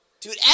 Dude